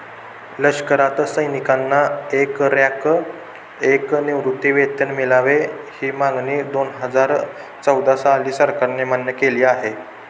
लष्करात सैनिकांना एक रँक, एक निवृत्तीवेतन मिळावे, ही मागणी दोनहजार चौदा साली सरकारने मान्य केली आहे